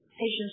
patients